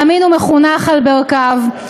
מאמין ומחונך על ברכיו.